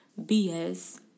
BS